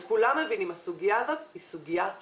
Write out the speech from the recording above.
וכולם מבינים, הסוגיה הזאת לאומית,